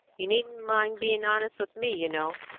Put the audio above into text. you needn't mind being honest with me, you know.